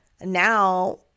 Now